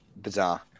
bizarre